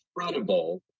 incredible